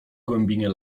głębinie